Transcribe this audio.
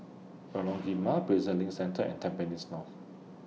Lorong Prison LINK Centre and Tampines North